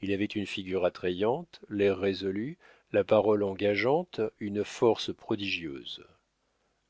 il avait une figure attrayante l'air résolu la parole engageante une force prodigieuse